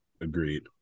Agreed